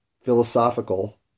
philosophical